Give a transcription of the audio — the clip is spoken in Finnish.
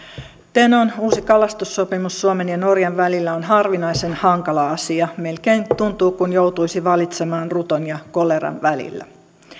tenon uusi kalastussopimus suomen ja norjan välillä on harvinaisen hankala asia melkein tuntuu kuin joutuisi valitsemaan ruton ja koleran välillä